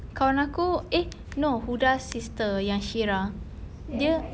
kawan aku eh no huda's sister yashira dia